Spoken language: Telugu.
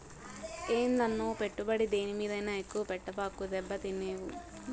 ఏందన్నో, పెట్టుబడి దేని మీదైనా ఎక్కువ పెట్టబాకు, దెబ్బతినేవు